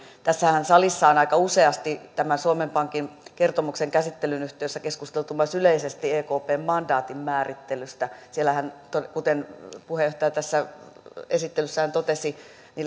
tässä salissahan on aika useasti tämän suomen pankin kertomuksen käsittelyn yhteydessä keskusteltu myös yleisesti ekpn mandaatin määrittelystä sehän kuten puheenjohtaja tässä esittelyssään totesi